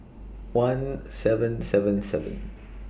one seven seven seven